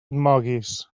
moguis